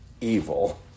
evil